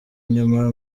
nyuma